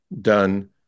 done